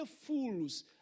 fools